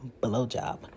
blowjob